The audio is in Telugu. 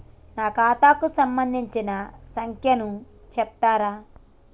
నా ఖాతా కు సంబంధించిన సంఖ్య ను చెప్తరా?